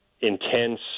intense